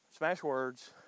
Smashwords